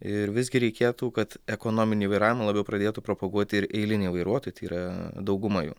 ir visgi reikėtų kad ekonominį vairavimą labiau pradėtų propaguoti ir eiliniai vairuotojai tai yra dauguma jų